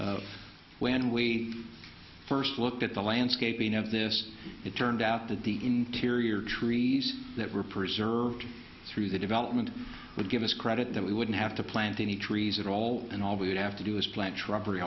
of when we first looked at the landscaping of this it turned out to dig interior trees that were preserved through the development would give us credit that we wouldn't have to plant any trees at all and all we would have to do is plant shrubbery